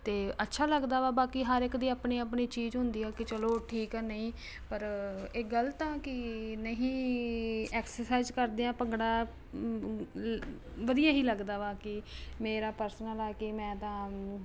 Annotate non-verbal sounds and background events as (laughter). ਅਤੇ ਅੱਛਾ ਲੱਗਦਾ ਵਾ ਬਾਕੀ ਹਰ ਇੱਕ ਦੀ ਆਪਣੀ ਆਪਣੀ ਚੀਜ਼ ਹੁੰਦੀ ਆ ਕਿ ਚਲੋ ਠੀਕ ਆ ਨਹੀਂ ਪਰ ਇਹ ਗਲਤ ਆ ਕਿ ਨਹੀਂ ਐਕਸਰਸਾਈਜ਼ ਕਰਦੇ ਹਾਂ ਭੰਗੜਾ (unintelligible) ਵਧੀਆ ਹੀ ਲੱਗਦਾ ਵਾ ਕਿ ਮੇਰਾ ਪਰਸਨਲ ਆ ਕਿ ਮੈਂ ਤਾਂ